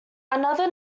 another